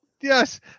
Yes